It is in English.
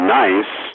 nice